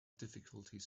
difficulties